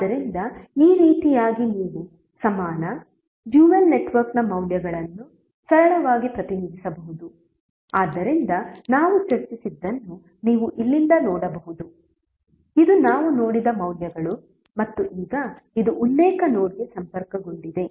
ಆದ್ದರಿಂದ ಈ ರೀತಿಯಾಗಿ ನೀವು ಸಮಾನ ಡ್ಯುಯಲ್ ನೆಟ್ವರ್ಕ್ನ ಮೌಲ್ಯಗಳನ್ನು ಸರಳವಾಗಿ ಪ್ರತಿನಿಧಿಸಬಹುದು ಆದ್ದರಿಂದ ನಾವು ಚರ್ಚಿಸಿದ್ದನ್ನು ನೀವು ಇಲ್ಲಿಂದ ನೋಡಬಹುದು ಇದು ನಾವು ನೋಡಿದ ಮೌಲ್ಯಗಳು ಮತ್ತು ಈಗ ಇದು ಉಲ್ಲೇಖ ನೋಡ್ಗೆ ಸಂಪರ್ಕಗೊಂಡಿದೆ